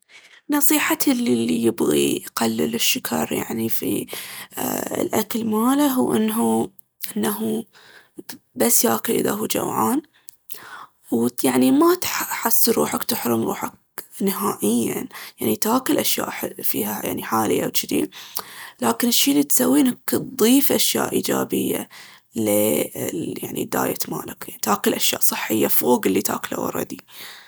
نصيحتي للي يبغي يقلل الشكر يعني في أ- الأكل ماله هو ان هو- ان هو بس ياكل اذا هو جوعان. ويعني ما تح- تحسر روحك تحرم روحك نهائياً، يعني تاكل أشياء حل- يعني حالية وجذي، لكن الشي اللي تسويه انك تضيف أشياء إيجابية لي الدايت مالك. تاكل أشياء صحية فوق اللي تاكله أولردي.